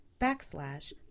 backslash